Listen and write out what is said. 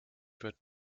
wird